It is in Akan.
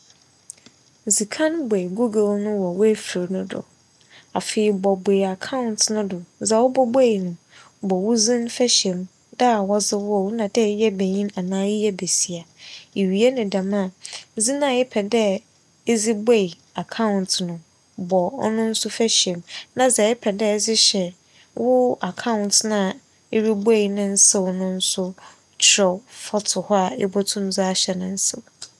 Dzi kan buei google no wͻ w'efir no do. Afei, bͻ buei aͻͻount no do. Dza obobuei no bͻ wo dzin fahyɛ mu, da a wͻdze woo wo nna dɛ eyɛ banyin anaa eyɛ basia. Iwie no dɛm a dzin a epɛ dɛ edze buei aͻͻount no bͻ ͻno nso fahyɛ mu na dza epɛ dɛ edze hyɛ wo aͻͻount no a irubuei no nsew no nso kyerɛw fa to hͻ a ibotum dze ahyɛ no nsew.